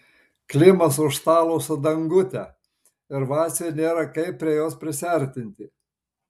klimas už stalo su dangute ir vaciui nėra kaip prie jos prisiartinti